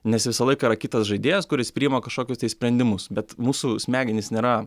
nes visą laiką yra kitas žaidėjas kuris priima kažkokius tai sprendimus bet mūsų smegenys nėra